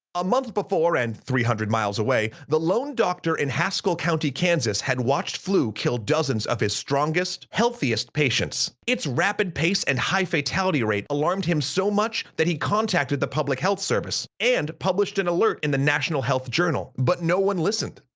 a month before and three hundred miles away, the lone doctor in haskell county, kansas had watched flu kill dozens of his strongest, healthiest patients. it's rapid pace and high fatality rate alarmed him so much, that he contacted the public health service and published an alert in the national health journal, but no one listened!